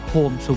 Home